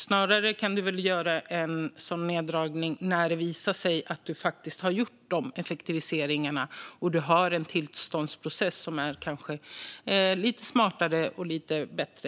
Man kan väl snarare göra en sådan neddragning när det visar sig att myndigheten faktiskt har gjort effektiviseringarna och har en tillståndsprocess som kanske är lite smartare och bättre.